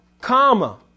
comma